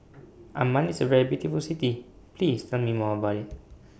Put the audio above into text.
Amman IS A very beautiful City Please Tell Me More about IT